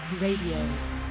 RADIO